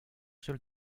sols